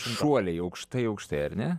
šuoliai aukštai aukštai ar ne